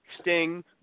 Sting